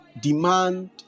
demand